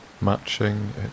matching